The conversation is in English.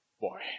boy